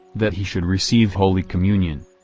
that he should receive holy communion.